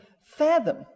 fathom